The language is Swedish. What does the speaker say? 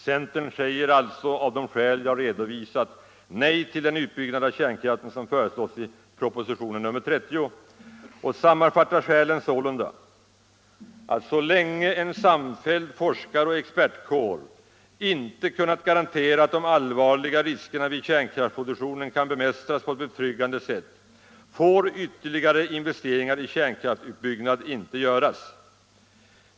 Centern säger alltså av de skäl jag redovisat nej till den utbyggnad av kärnkraften som föreslås i propositionen 30 och sammanfattar skälen sålunda, att så länge en samfälld forskaroch expertkår inte kunnat garantera att de allvarliga riskerna vid kärnkraftsproduktionen kan bemästras på ett betryggande sätt får ytterligare investeringar i kärnkraftsutbyggnad inte göras.